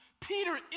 Peter